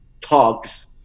talks